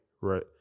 Right